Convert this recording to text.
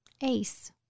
Ace